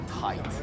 tight